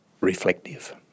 reflective